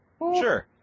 Sure